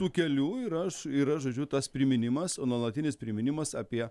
tų kelių ir aš yra žodžiu tas priminimas nuolatinis priminimas apie